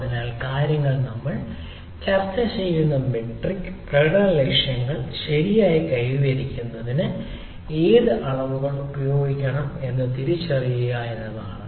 അതിനാൽ മറ്റ് കാര്യങ്ങൾ ഒന്ന് നമ്മൾ ചർച്ച ചെയ്യുന്ന മെട്രിക് പ്രകടന ലക്ഷ്യങ്ങൾ ശരിയായി കൈവരിക്കുന്നതിന് എന്ത് അളവുകൾ ഉപയോഗിക്കണം എന്ന് തിരിച്ചറിയുക എന്നതാണ്